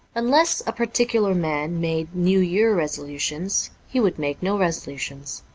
unless a particular man made new year resolutions, he would make no resolutions.